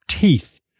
teeth